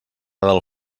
del